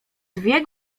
dwie